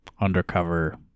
undercover